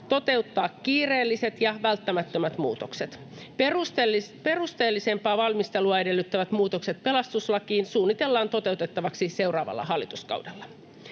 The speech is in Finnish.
toteuttaa kiireelliset ja välttämättömät muutokset. Perusteellisempaa valmistelua edellyttävät muutokset pelastuslakiin suunnitellaan toteutettavaksi seuraavalla hallituskaudella.